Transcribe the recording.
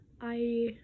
I-